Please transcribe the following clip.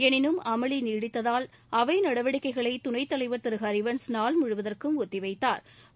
எனினும் அமளி நீடித்ததால் அவை நடவடிக்கைகளை துணைத்தலைவர் திரு ஹரிவன்ஸ் நாள் முழுவதற்கும் ஒத்திவைத்தாா்